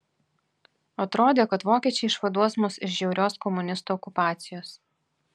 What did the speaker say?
atrodė kad vokiečiai išvaduos mus iš žiaurios komunistų okupacijos